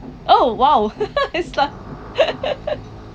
oh !wow!